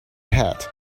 hat